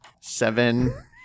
Seven